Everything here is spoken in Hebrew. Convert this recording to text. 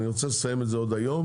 אני רוצה לסיים את זה עוד היום,